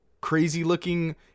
crazy-looking